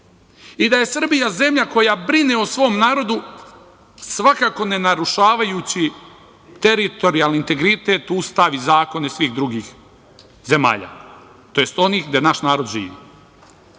i da je Srbija zemlja koja brine o svom narodu, svakako ne narušavajući teritorijalni integritet, Ustav i zakone svih drugih zemalja, tj. onih gde naš narod živi.